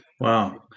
Wow